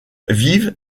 vivent